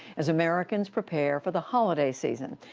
as americans prepare for the holiday season.